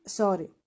sorry